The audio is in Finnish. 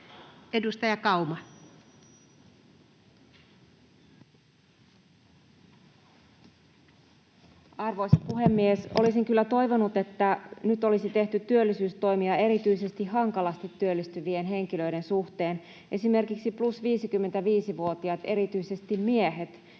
Edustaja Kauma. Arvoisa puhemies! Olisin kyllä toivonut, että nyt olisi tehty työllisyystoimia erityisesti hankalasti työllistyvien henkilöiden suhteen. Esimerkiksi plus 55 -vuotiaat, erityisesti miehet,